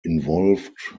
involved